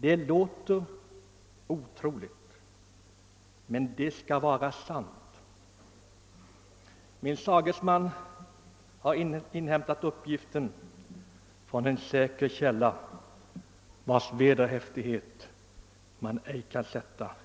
Det låter otroligt, men det skall vara sant. Min sagesman har inhämtat uppgiften från en säker källa, vars vederhäftighet icke kan ifrågasättas.